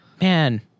man